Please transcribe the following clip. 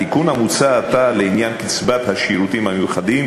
התיקון המוצע עתה לעניין קצבת השירותים המיוחדים